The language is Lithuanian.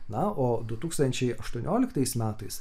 na o du tūkstančiai aštuonioliktais metais